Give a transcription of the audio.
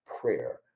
prayer